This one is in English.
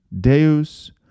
Deus